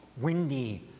windy